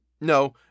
no